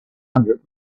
hundred